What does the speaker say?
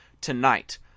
tonight